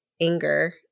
anger